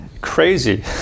crazy